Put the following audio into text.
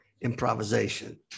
Improvisation